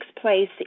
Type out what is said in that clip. place